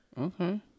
Okay